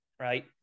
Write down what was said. right